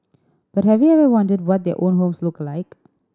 but have you ever wondered what their own homes look like